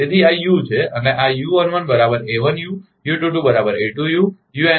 તેથી આ યુ છે અને આ u11 a1u u22 a2u